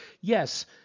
yes